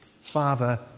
Father